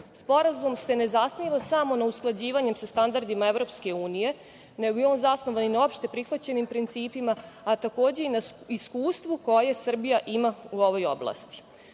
se ne zasniva samo na usklađivanju sa standardima EU, nego je on zasnovan i na opšte prihvaćenim principima, a takođe i na iskustvu koje Srbija ima u ovoj oblasti. Sporazum